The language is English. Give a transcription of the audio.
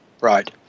Right